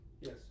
Yes